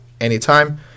anytime